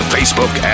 Facebook